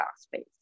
space